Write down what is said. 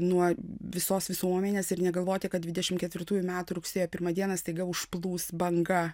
nuo visos visuomenės ir negalvoti kad dvidešim ketvirtųjų metų rugsėjo pirmą dieną staiga užplūs banga